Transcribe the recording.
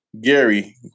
Gary